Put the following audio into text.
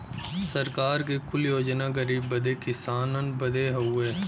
सरकार के कुल योजना गरीब बदे किसान बदे हउवे